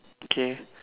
okay